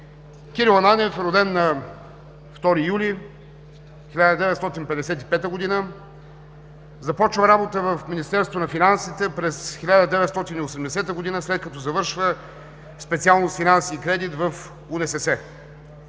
Кирил Ананиев е роден на 2 юли 1955 г. Започва работа в Министерство на финансите през 1980 г., след като завършва специалност „Финанси и кредит“ в УНСС.